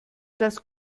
das